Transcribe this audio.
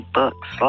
books